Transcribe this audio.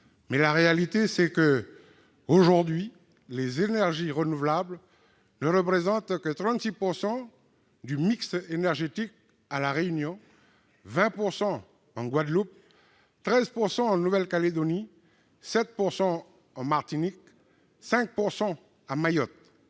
Mais la réalité est que, aujourd'hui, les énergies renouvelables ne représentent que 36 % du mix énergétique à La Réunion, 20 % en Guadeloupe, 13 % en Nouvelle-Calédonie, 7 % en Martinique, 5 % à Mayotte